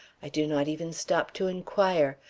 i do not even stop to inquire.